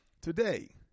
Today